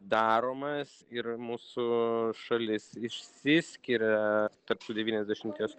daromas ir mūsų šalis išsiskiria tarp devyniasdešimties